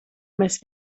mēs